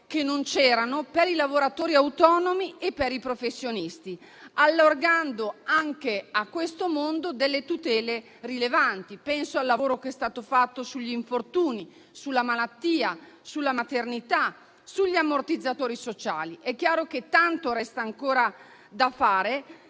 che non erano previste per i lavoratori autonomi e i professionisti, allargando a questo mondo alcune tutele rilevanti. Penso al lavoro che è stato fatto sugli infortuni, sulla malattia, sulla maternità e sugli ammortizzatori sociali. È chiaro che tanto resta ancora da fare;